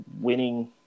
winning